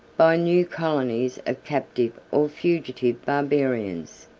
by new colonies of captive or fugitive barbarians,